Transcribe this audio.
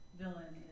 villain